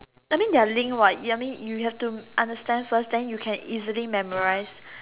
I mean they are link what ya I mean you have to understand first then you can easily memorise